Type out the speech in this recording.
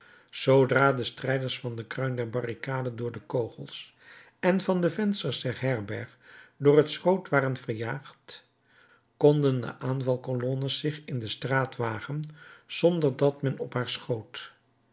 zoodra de strijders van de kruin der barricade door de kogels en van de vensters der herberg door het schroot waren verjaagd konden de aanvalcolonnes zich in de straat wagen zonder dat men op haar schoot